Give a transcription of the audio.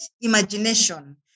imagination